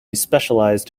specialized